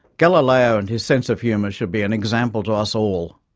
galileo and his sense of humour should be an example to us all.